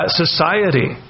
society